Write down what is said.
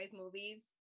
movies